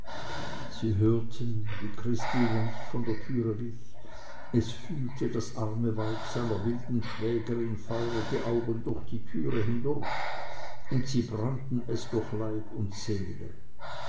sie hörten wie christine nicht von der türe wich es fühlte das arme weib seiner wilden schwägerin feurige augen durch die türe hindurch und sie brannten es durch leib und seele